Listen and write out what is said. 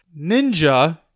Ninja